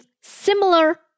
similar